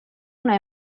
una